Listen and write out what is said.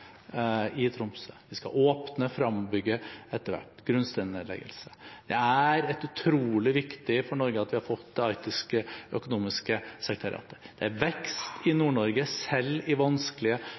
i Tromsø. Vi skal åpne Fram-bygget etter hvert, grunnsteinnedleggelse. Det er utrolig viktig for Norge at vi har fått det arktiske økonomiske sekretariatet. Det er vekst i Nord-Norge, selv i vanskelige